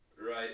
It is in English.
Right